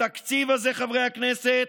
התקציב הזה, חברי הכנסת,